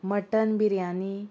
mutton biryani